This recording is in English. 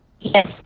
Yes